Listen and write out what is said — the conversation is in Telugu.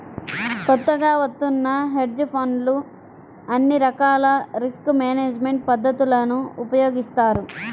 కొత్తగా వత్తున్న హెడ్జ్ ఫండ్లు అన్ని రకాల రిస్క్ మేనేజ్మెంట్ పద్ధతులను ఉపయోగిస్తాయి